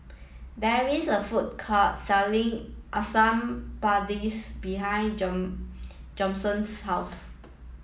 there is a food court selling Asam Pedas behind Jameson's house